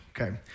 okay